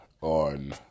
on